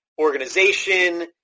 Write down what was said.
organization